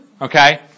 Okay